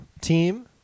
team